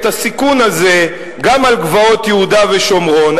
הסיכון הזה גם על גבעות יהודה ושומרון,